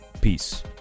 Peace